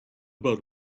about